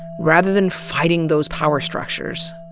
rather than fighting those power structures.